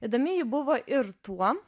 įdomi ji buvo ir tuo